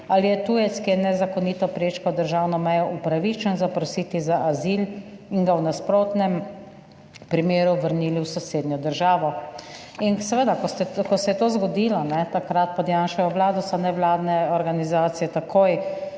ali je tujec, ki je nezakonito prečkal državno mejo, upravičen zaprositi za azil in ga v nasprotnem primeru vrnili v sosednjo državo. In seveda, ko se je to zgodilo, takrat pod Janševo vlado, so nevladne organizacije takoj